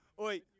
Oi